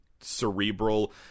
cerebral